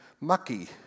mucky